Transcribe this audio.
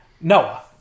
Noah